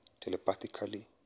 telepathically